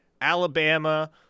Alabama